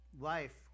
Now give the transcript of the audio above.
life